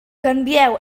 canvieu